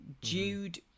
Jude